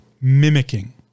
mimicking